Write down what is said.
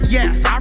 Yes